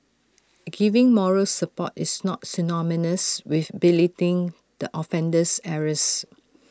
giving moral support is not synonymous with belittling the offender's errors